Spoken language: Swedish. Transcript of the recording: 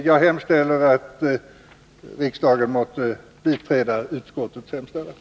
Jag yrkar att riksdagen måtte biträda utskottets hemställan.